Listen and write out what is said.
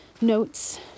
notes